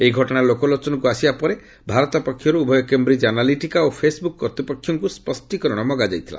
ଏହି ଘଟଣା ଲୋକଲୋଚନକୁ ଆସିବା ପରେ ଭାରତ ପକ୍ଷରୁ ଉଭୟ କ୍ୟାମ୍ରିଜ୍ ଆନାଲିଟିକା ଓ ଫେସ୍ବୁକ୍ କର୍ତ୍ତୃପକ୍ଷଙ୍କୁ ସ୍ୱଷ୍ଟୀକରଣ ମଗାଯାଇଥିଲା